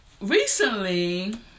recently